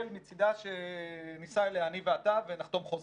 מצידה שניסע אליה אני ואתה ונחתום חוזה,